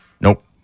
nope